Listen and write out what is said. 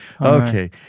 Okay